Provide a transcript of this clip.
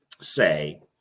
say